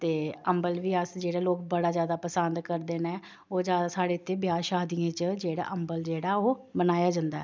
ते अंबल बी अस जेह्ड़े लोक बडा ज्यादा पसंद करदे न ओह् ज्यादा साढ़े इत्थै ब्याह् शादियें च जेह्ड़ा अंबल जेह्ड़ा ओह् बनाया जंदा ऐ